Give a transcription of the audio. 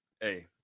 hey